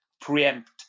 preempt